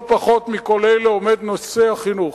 לא פחות מכל אלה עומד נושא החינוך.